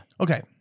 Okay